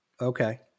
Okay